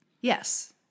Yes